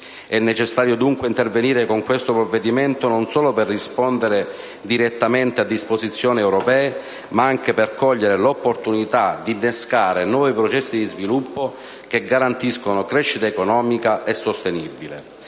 È necessario, dunque, intervenire con questo provvedimento non solo per rispondere direttamente a disposizioni europee, ma anche per cogliere l'opportunità di innescare nuovi processi di sviluppo che garantiscano crescita economica e sostenibile.